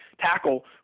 tackle